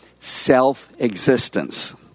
Self-existence